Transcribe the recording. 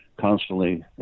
constantly